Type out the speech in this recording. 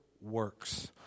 works